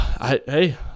Hey